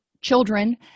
children